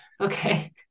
Okay